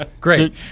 Great